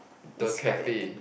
describe that thing